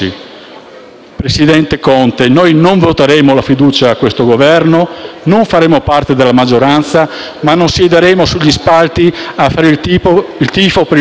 Presidente Conte, noi non voteremo la fiducia a questo Governo, non faremo parte della maggioranza, ma non siederemo sugli spalti a fare il tifo per il suo